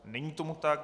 Není tomu tak.